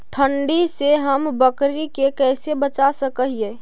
ठंडी से हम बकरी के कैसे बचा सक हिय?